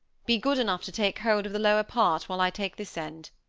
be good enough to take hold of the lower part while i take this end.